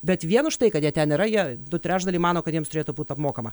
bet vien už tai kad jie ten yra jei du trečdaliai mano kad jiems turėtų būt apmokama